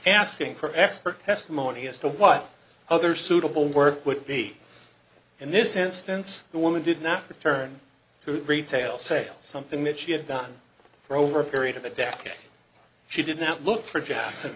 asking for expert testimony as to what other suitable work would be in this instance the woman did not return to retail sales something that she had done for over a period of a decade she did not look for jobs and